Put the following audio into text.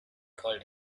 called